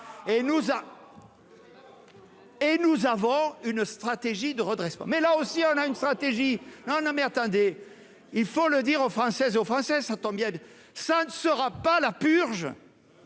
Et nous avons une stratégie de redressement mais là aussi on a une stratégie non non mais attendez, il faut le dire aux Françaises et aux Français, s'entend bien, ça ne sera pas la purge